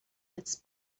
its